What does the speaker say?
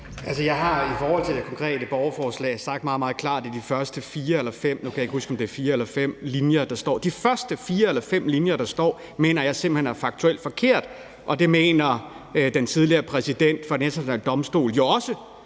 Jeg har i forhold til det konkrete borgerforslag sagt meget, meget klart, at det, der står i de første fire eller fem linjer, simpelt hen er faktuelt forkert, og det mener den tidligere præsident for Den Internationale Domstol jo også